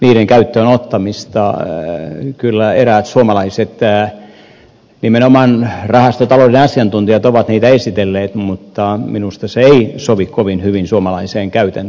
niiden käyttöön ottamista kyllä nimenomaan eräät suomalaiset rahastotalouden asiantuntijat ovat esitelleet mutta minusta se ei sovi kovin hyvin suomalaiseen käytäntöön